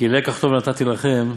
'כי לקח טוב נתתי לכם,